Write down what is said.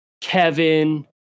Kevin